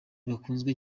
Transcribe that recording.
bakunzwe